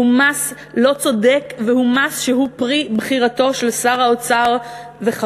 הוא מס לא צודק והוא מס שהוא פרי בחירתו של שר האוצר וחבריו.